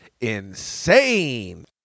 insane